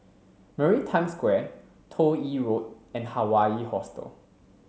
Maritime Square Toh Yi Road and Hawaii Hostel